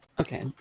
okay